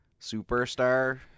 superstar